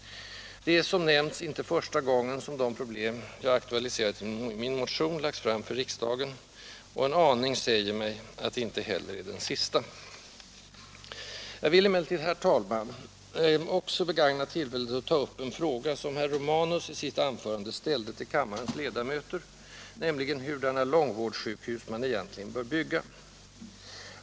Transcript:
Det är, som nämnts, inte första gången som de problem jag aktualiserat i min motion lagts fram för riksdagen, och en aning säger mig att det inte heller är den sista. Jag vill emellertid, herr talman, också begagna tillfället till att ta upp en fråga som herr Romanus i sitt anförande ställde till kammarens ledamöter, nämligen hurudana långvårdssjukhus man egentligen bör bygga.